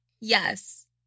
yes